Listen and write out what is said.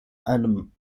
einem